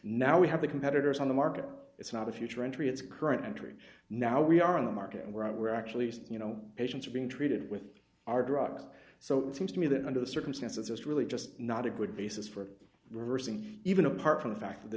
now we have the competitors on the market it's not a future entry it's current entry now we are in the market and we're actually you know patients are being treated with our drugs so it seems to me that under the circumstances it's really just not a good basis for reversing even apart from the fact that the